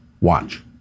Watch